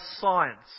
science